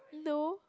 no